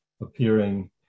appearing